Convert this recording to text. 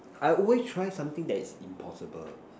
I always try something that is impossible